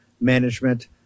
management